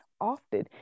often